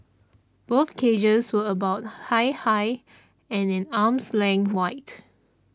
both cages were about high high and an arm's length wide